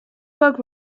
bug